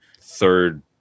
third